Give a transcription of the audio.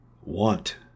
want